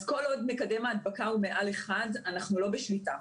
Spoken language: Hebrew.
כל עוד מקדם ההדבקה הוא מעל אחד אנחנו לא בשליטה.